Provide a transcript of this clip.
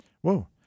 Whoa